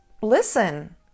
listen